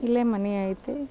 ಇಲ್ಲೇ ಮನೆ ಐತೆ